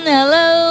Hello